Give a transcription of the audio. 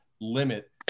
limit